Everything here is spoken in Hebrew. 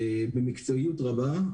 במקצועיות רבה.